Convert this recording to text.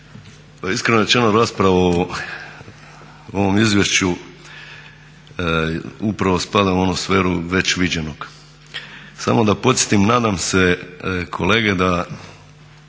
Iskreno rečeno rasprava o ovom izvješću upravo spada u onu sferu već viđenog. Samo da podsjetim nadam se kolege da